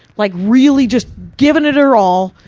like really, just giving it her all,